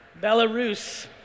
Belarus